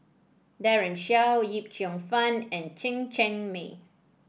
Daren Shiau Yip Cheong Fun and Chen Cheng Mei